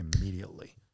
immediately